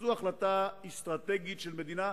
וזאת החלטה אסטרטגית של מדינה.